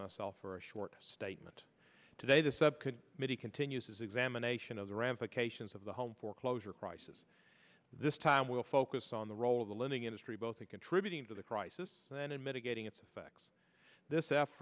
myself for a short statement today the sub could maybe continue as examination of the ramifications of the home foreclosure crisis this time will focus on the role of the lending industry both in contributing to the crisis and then in mitigating its effects this